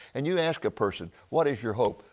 and you ask a person, what is your hope?